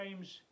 James